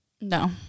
No